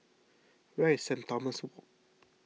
where is Saint Thomas Walk